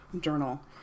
journal